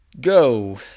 go